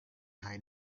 hari